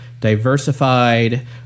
diversified